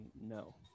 No